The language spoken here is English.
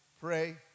pray